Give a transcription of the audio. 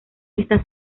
está